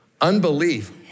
Unbelief